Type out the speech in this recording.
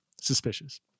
suspicious